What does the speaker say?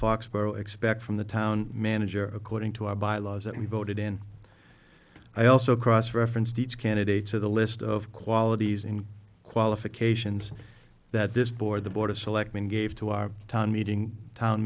foxborough expect from the town manager according to our by laws that we voted in i also cross referenced each candidate to the list of qualities in qualifications that this board the board of selectmen gave to our town meeting town